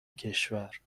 کشور